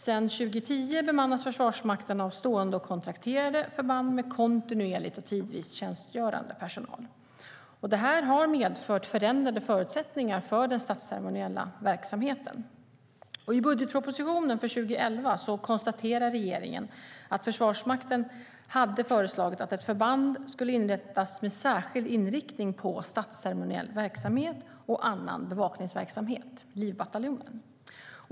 Sedan 2010 bemannas Försvarsmakten av stående och kontrakterade förband med kontinuerligt och tidvis tjänstgörande personal, vilket har medfört förändrade förutsättningar för den statsceremoniella verksamheten. I budgetpropositionen för 2011 konstaterade regeringen att Försvarsmakten hade föreslagit att ett förband med särskild inriktning på statsceremoniell verksamhet och annan bevakningsverksamhet skulle inrättas - Livbataljonen.